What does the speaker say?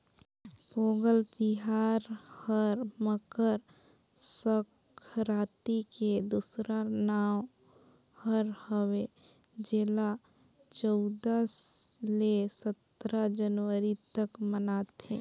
पोगंल तिहार हर मकर संकरांति के दूसरा नांव हर हवे जेला चउदा ले सतरा जनवरी तक मनाथें